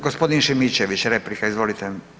Gospodin Šimičević replika, izvolite.